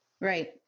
Right